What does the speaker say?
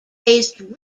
based